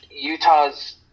Utah's